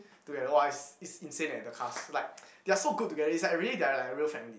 together !wah! it's it's insane eh the cast like they are so good together it's like really they're like a real family